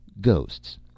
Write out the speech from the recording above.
Ghosts